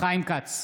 חיים כץ,